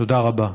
תודה רבה.